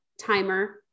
timer